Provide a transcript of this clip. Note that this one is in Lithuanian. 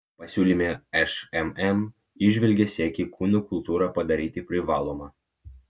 pasiūlyme šmm įžvelgia siekį kūno kultūrą padaryti privaloma